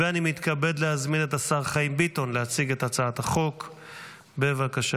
אני קובע כי הצעת חוק הסיוע המשפטי (סיוע משפטי